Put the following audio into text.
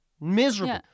Miserable